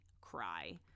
cry